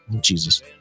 Jesus